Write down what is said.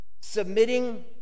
Submitting